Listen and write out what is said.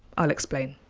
i'll explain.